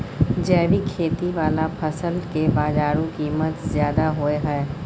जैविक खेती वाला फसल के बाजारू कीमत ज्यादा होय हय